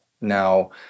Now